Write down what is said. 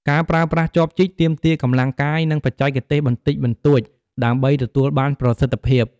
ការប្រើប្រាស់ចបជីក ទាមទារកម្លាំងកាយ និងបច្ចេកទេសបន្តិចបន្តួច ដើម្បីទទួលបានប្រសិទ្ធភាព។